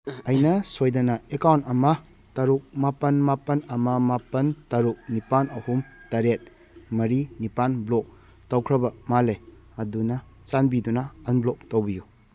ꯑꯩꯅ ꯁꯣꯏꯗꯅ ꯑꯦꯀꯥꯎꯟ ꯑꯃ ꯇꯔꯨꯛ ꯃꯥꯄꯟ ꯃꯥꯄꯟ ꯑꯃ ꯃꯥꯄꯟ ꯇꯔꯨꯛ ꯅꯤꯄꯥꯟ ꯑꯍꯨꯝ ꯇꯔꯦꯠ ꯃꯔꯤ ꯅꯤꯄꯥꯟ ꯕ꯭ꯂꯣꯛ ꯇꯧꯈ꯭ꯔꯕ ꯃꯥꯜꯂꯦ ꯑꯗꯨꯅ ꯆꯥꯟꯕꯤꯗꯨꯅ ꯑꯟꯕ꯭ꯂꯣꯛ ꯇꯧꯕꯤꯌꯨ